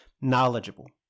knowledgeable